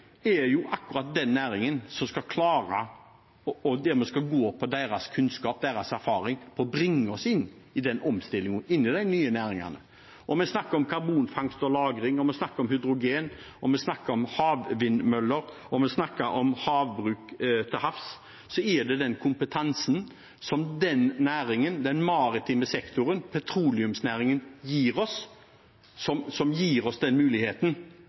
er jo akkurat den næringen som med sin kunnskap og erfaring skal bringe oss inn i den omstillingen, inn i de nye næringene. Vi snakker om karbonfangst og -lagring, og vi snakker om hydrogen, havvindmøller og havbruk til havs. Det er den kompetansen som den maritime sektoren og petroleumsnæringen har, som gir oss muligheten til å kunne klare den